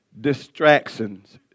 distractions